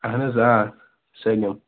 اَہَن حظ آ سٲلِم